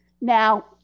Now